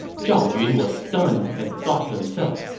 zhao yun was stunned and thought to himself,